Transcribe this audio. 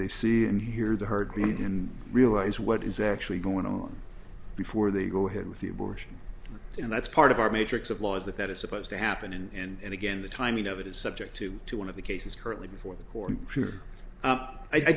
they see and hear the heartbeat and realize what is actually going on before they go ahead with the abortion and that's part of our matrix of laws that that is supposed to happen and again the timing of it is subject to two one of the cases currently before the court